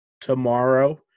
tomorrow